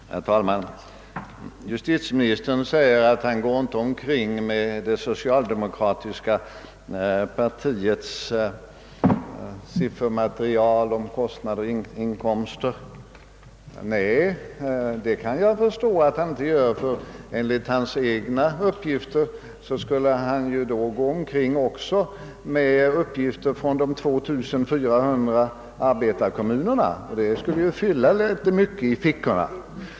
Herr talman! Justitieministern förklarar att han inte går omkring med det socialdemokratiska partiets siffermaterial rörande kostnader och inkomster i fickan. Det kan jag förstå att han inte gör, ty enligt sina egna uppgifter skulle han då också gå omkring med material från de 2400 arbetarkommunerna. Det skulle kanske fylla fickorna väl mycket.